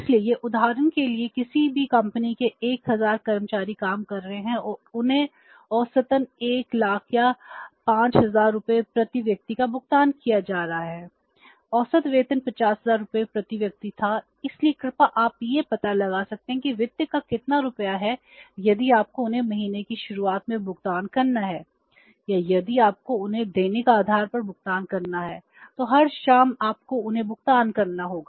इसलिए यह उदाहरण के लिए किसी भी कंपनी के 1000 कर्मचारी काम कर रहे हैं और उन्हें औसतन 1 लाख या 5000 रुपये प्रति व्यक्ति का भुगतान किया जा रहा है औसत वेतन 50000 रुपये प्रति व्यक्ति था इसलिए कृपया आप यह पता लगा सकते हैं कि वित्त का कितना रुपया है यदि आपको उन्हें महीने की शुरुआत में भुगतान करना है या यदि आपको उन्हें दैनिक आधार पर भुगतान करना है तो हर शाम आपको उन्हें भुगतान करना होगा